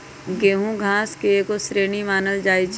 गेहूम घास के एगो श्रेणी मानल जाइ छै